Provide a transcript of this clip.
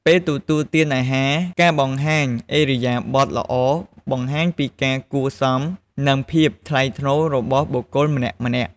ពេលទទួលទានអាហារការបង្ហាញឥរិយាបថល្អបង្ហាញពីការគួរសម និងភាពថ្លៃថ្នូររបស់បុគ្គលម្នាក់ៗ។